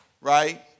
right